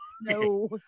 no